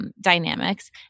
Dynamics